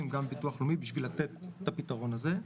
וגם מול ביטוח לאומי כדי לתת את הפתרון הזה.